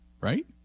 right